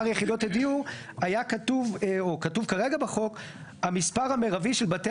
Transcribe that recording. יחידות הדיור היה כתוב או כתוב כרגע בחוק "המספר המירבי של בתי